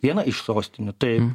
viena iš sostinių taip